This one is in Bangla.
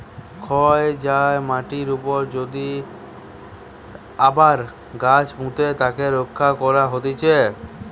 ক্ষয় যায়া মাটির উপরে যদি আবার গাছ পুঁতে তাকে রক্ষা করা হতিছে